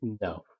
No